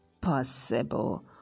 possible